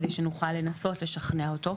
כדי שנוכל לנסות לשכנע אותו.